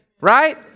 right